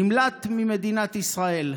נמלט ממדינת ישראל.